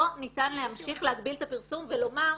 לא ניתן להמשיך להגביל את הפרסום ולומר,